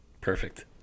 perfect